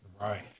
Right